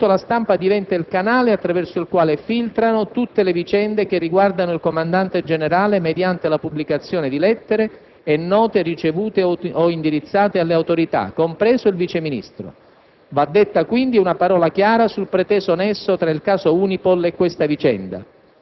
partire da questo momento la stampa diventa il canale attraverso il quale filtrano tutte le vicende che riguardano il comandante generale mediante la pubblicazione di lettere e note ricevute o indirizzate alle autorità, compreso il Vice ministro